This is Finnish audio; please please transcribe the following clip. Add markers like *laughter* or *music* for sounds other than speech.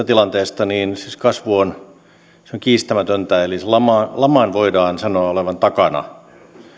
*unintelligible* tilanteesta kasvu on kiistämätöntä eli laman laman voidaan sanoa olevan takana